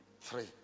Three